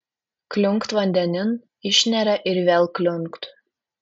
kliunkt vandenin išneria ir vėl kliunkt